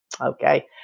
Okay